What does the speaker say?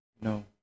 no